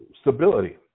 stability